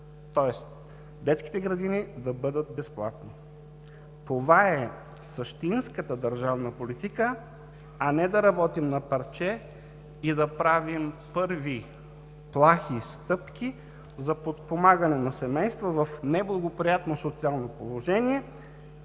тоест детските градини да бъдат безплатни. Това е същинската държавна политика, а не да работим на парче и да правим първи плахи стъпки за подпомагане на семейства в неблагоприятно социално положение,